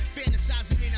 Fantasizing